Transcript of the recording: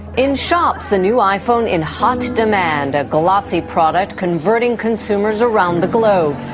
in shops, the new iphone in hot demand, a glossy product converting consumers around the globe,